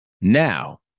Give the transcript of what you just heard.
Now